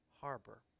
Harbor